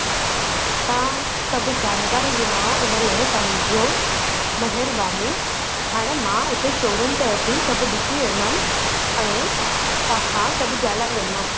ठीकु आहे तव्हां सभु जानकारी ॾिनव उन लाइ तव्हां जो महिरबानी हाणे मां उते शो रूम ते अची सभु ॾिसी वेंदमि ऐं तव्हां खां सभु ॻाल्हाए वेंदमि